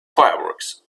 fireworks